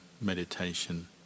meditation